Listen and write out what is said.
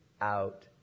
out